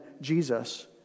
Jesus